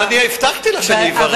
אבל אני הבטחתי לך שאני אברר.